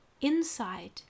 inside